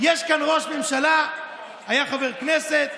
החרד"לי